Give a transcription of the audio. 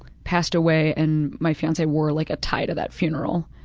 passed away and my fiancee wore like a tie to that funeral,